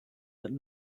that